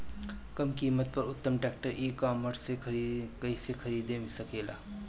कम कीमत पर उत्तम ट्रैक्टर ई कॉमर्स से कइसे खरीद सकिले?